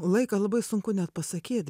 laiką labai sunku net pasakyt